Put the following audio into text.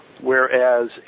whereas